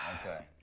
Okay